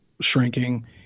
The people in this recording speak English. shrinking